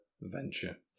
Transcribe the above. venture